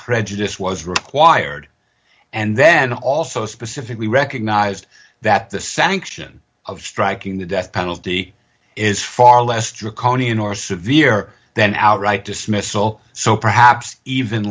prejudice was required and then also specifically recognized that the sanction of striking the death penalty is far less draconian or severe than outright dismissal so perhaps even